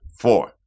four